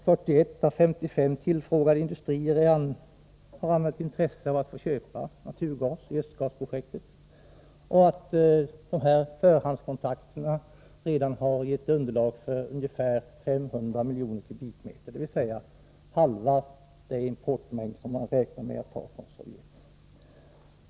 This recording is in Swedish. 41 av 55 tillfrågade industrier har anmält intresse av att köpa naturgas i Östgasprojektet, och förhandskontakterna har redan gett underlag för ungefär 500 miljoner kubikmeter, dvs. halva den import som man räknar med från Sovjet.